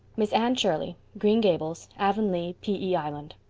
miss anne shirley, green gables, avonlea, p e. island.